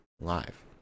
live